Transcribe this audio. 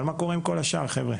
אבל מה קורה עם כל השאר, חברים?